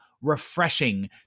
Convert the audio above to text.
refreshing